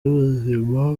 y’ubuzima